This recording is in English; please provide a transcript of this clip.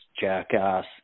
Jackass